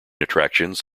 attractions